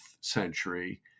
century